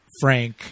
Frank